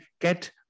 get